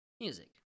music